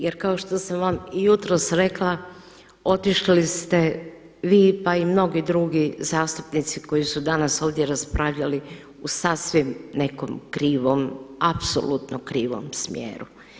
Jer kao što sam vam i jutros rekla otišli ste vi, pa i mnogi drugi zastupnici koji su danas ovdje raspravljali u sasvim nekom krivom, apsolutno krivom smjeru.